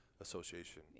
Association